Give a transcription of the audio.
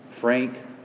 Frank